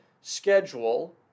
schedule